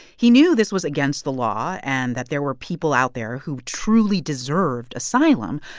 he knew this was against the law and that there were people out there who truly deserved asylum,